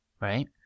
Right